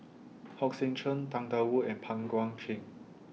Hong Sek Chern Tang DA Wu and Pang Guek Cheng